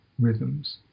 rhythms